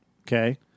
okay